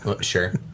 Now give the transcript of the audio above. Sure